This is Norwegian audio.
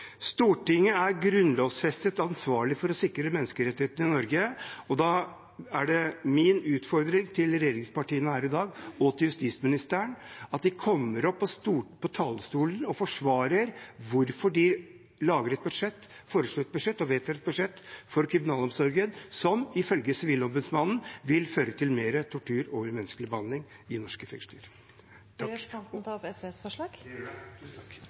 Stortinget er grunnlovsfestet ansvarlig for å sikre menneskerettighetene i Norge, og da er min utfordring til regjeringspartiene her i dag, og til justisministeren, at de kommer opp på talerstolen og forsvarer hvorfor de lager, foreslår og vedtar et budsjett for kriminalomsorgen som ifølge Sivilombudsmannen vil føre til mer tortur og umenneskelig behandling i norske fengsler. Vil representanten ta opp SVs forslag?